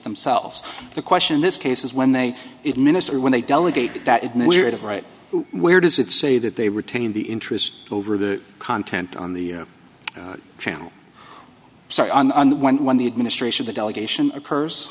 themselves the question this case is when they administer when they delegate that it no weird right where does it say that they retain the interest over the content on the channel so when the administration the delegation a curs